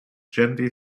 gently